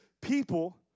people